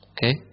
Okay